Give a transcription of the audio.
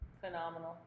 phenomenal